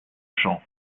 champ